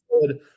good